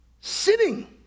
sitting